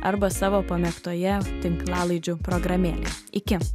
arba savo pamėgtoje tinklalaidžių programėlėj iki